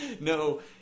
No